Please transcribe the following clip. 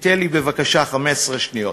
תן לי בבקשה 15 שניות.